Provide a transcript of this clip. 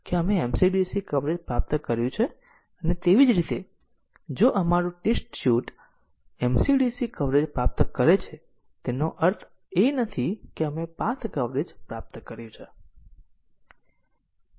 બીજા શબ્દોમાં અમે કહીએ છીએ કે પાથના લીનીયર રીતે ઈન્ડીપેન્ડન્ટ સમૂહમાં દરેક પાથ ઓછામાં ઓછો એક ધાર છે જે સેટમાં અન્ય પાથના લીનીયર સંયોજન દ્વારા મેળવી શકાતો નથી